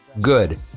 good